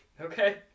Okay